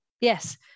yes